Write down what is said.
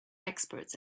experts